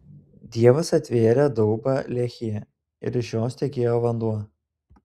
dievas atvėrė daubą lehyje ir iš jos tekėjo vanduo